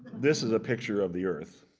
this is a picture of the earth